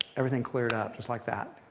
everything cleared up just like that.